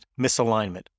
misalignment